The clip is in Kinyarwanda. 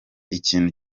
ikintu